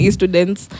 students